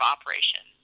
Operation